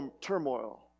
turmoil